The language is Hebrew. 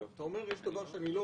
אתה בא ואומר: "אני לא